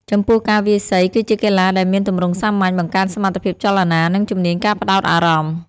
ចំពោះការវាយសីគឺជាកីឡាដែលមានទម្រង់សាមញ្ញ បង្កើនសមត្ថភាពចលនា និងជំនាញការផ្ដោតអារម្មណ៍។